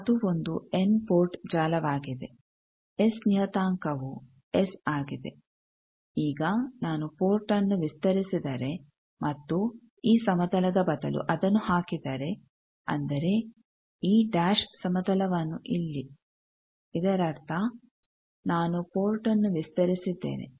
ಅದು ಒಂದು n port ಜಾಲವಾಗಿದೆ ಎಸ್ ನಿಯತಾಂಕವು ಎಸ್ ಆಗಿದೆ ಈಗ ನಾನು ಪೋರ್ಟ್ನ್ನು ವಿಸ್ತರಿಸಿದರೆ ಮತ್ತು ಈ ಸಮತಲದ ಬದಲು ಅದನ್ನು ಹಾಕಿದರೆ ಅಂದರೆ ಈ ಡ್ಯಾಶ್ ಸಮತಲವನ್ನು ಇಲ್ಲಿ ಇದರರ್ಥ ನಾನು ಪೋರ್ಟ್ನ್ನು ವಿಸ್ತರಿಸಿದ್ದೇನೆ